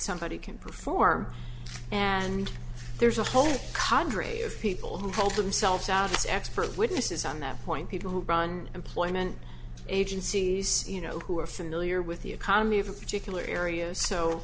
somebody can perform and there's a whole qadri of people who hold themselves out as expert witnesses on that point people who run employment agencies you know who are familiar with the economy of a particular area so